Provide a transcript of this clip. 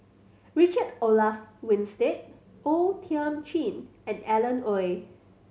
Richard Olaf Winstedt O Thiam Chin and Alan Oei